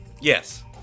Yes